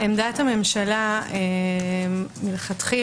עמדת הממשלה לכתחילה,